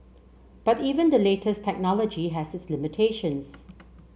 but even the latest technology has its limitations